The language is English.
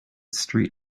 street